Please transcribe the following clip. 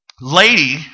Lady